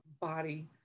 body